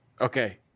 okay